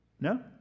No